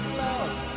love